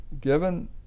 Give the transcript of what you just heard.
given